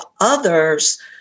others